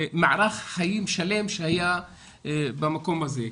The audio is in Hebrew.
מערך חיים שלם שהיה במקום הזה.